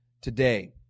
today